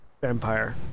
vampire